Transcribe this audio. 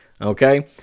Okay